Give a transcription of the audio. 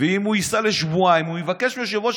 אם הוא ייסע לשבועיים הוא יבקש מיושב-ראש